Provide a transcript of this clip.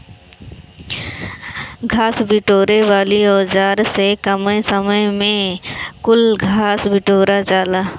घास बिटोरे वाली औज़ार से कमे समय में कुल घास बिटूरा जाला